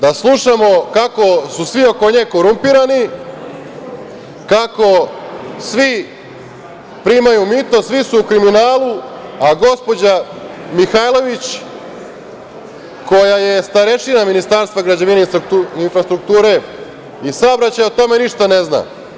Jer, da slušamo kako su svi oko nje korumpirani, kako svi primaju mito, svi su u kriminalu, a gospođa Mihajlović, koja je starešina Ministarstva građevine, infrastrukture i saobraćaja, o tome ništa ne zna.